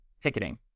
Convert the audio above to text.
ticketing